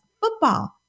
football